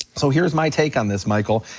so here's my take on this, michael.